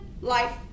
life